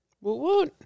Woo